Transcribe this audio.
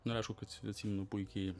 nu ir aišku kad atsimenu puikiai